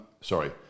sorry